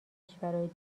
کشورای